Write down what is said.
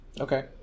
Okay